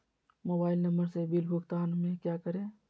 Mobile number से bill भुगतान में क्या करें?